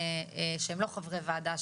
שהם לא חברי הוועדה,